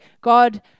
God